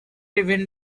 even